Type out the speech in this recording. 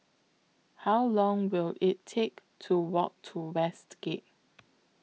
How Long Will IT Take to Walk to Westgate